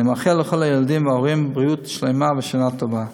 אני מאחל לכל הילדים וההורים בריאות שלמה ושנה טובה.